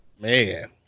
man